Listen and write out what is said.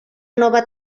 nova